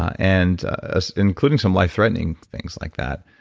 and ah including some life-threatening things like that.